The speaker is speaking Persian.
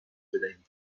بدهیم